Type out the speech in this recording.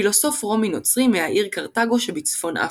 פילוסוף רומי נוצרי מהעיר קרתגו שבצפון אפריקה.